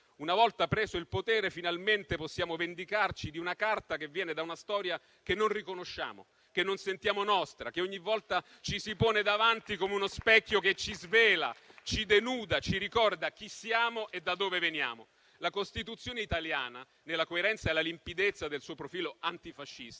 una volta preso il potere, finalmente possiamo vendicarci di una Carta che viene da una storia che non riconosciamo, che non sentiamo nostra, che ogni volta ci si pone davanti come uno specchio che ci svela, ci denuda, ci ricorda chi siamo e da dove veniamo. La Costituzione italiana, nella coerenza e nella limpidezza del suo profilo antifascista,